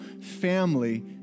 family